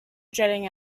jetting